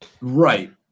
right